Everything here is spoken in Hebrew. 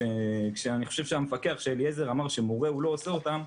שאני חושב שכאליעזר המפקח אמר שהמורה לא עושה אותם,